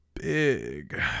big